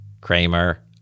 Kramer